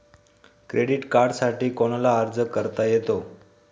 Credit कार्डसाठी कोणाला अर्ज करता येतो?